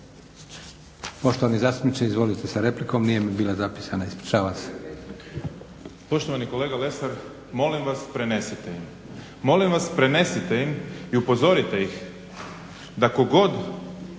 Poštovani zastupniče izvolite sa replikom, nije mi bila zapisana. Ispričavam se.